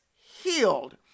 healed